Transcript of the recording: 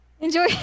Enjoy